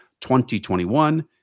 2021